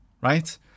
right